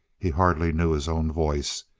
he hardly knew his own voice,